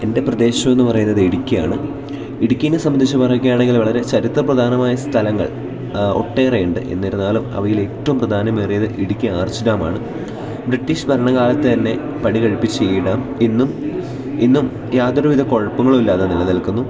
എൻ്റെ പ്രദേശം എന്ന് പറയുന്നത് ഇടുക്കിയാണ് ഇടുക്കിയിനെ സംബന്ധിച്ചു പറയുകയാണെങ്കിൽ വളരെ ചരിത്ര പ്രധാനമായ സ്ഥലങ്ങൾ ഒട്ടേറെയുണ്ട് എന്നിരുന്നാലും അവയിൽ ഏറ്റവും പ്രധാനമേറിയത് ഇടുക്കി ആർച്ച് ഡാമാണ് ബ്രിട്ടീഷ് ഭരണകാലത്തുതന്നെ പണി കഴിപ്പിച്ച ഈ ഡാം ഇന്നും ഇന്നും യാതൊരുവിധ കുഴപ്പങ്ങളുമില്ലാതെ നിലനിൽക്കുന്നു